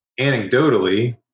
anecdotally